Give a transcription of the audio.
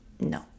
No